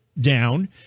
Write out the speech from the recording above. down